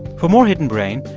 for more hidden brain,